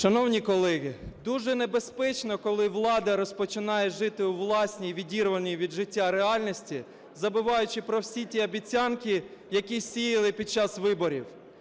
Шановні колеги, дуже небезпечно, коли влада розпочинає жити у власній, відірваній від життя, реальності, забуваючи про всі ті обіцянки, які сіяли під час виборів.